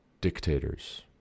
dictators